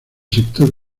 sector